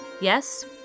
Yes